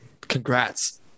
congrats